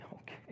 Okay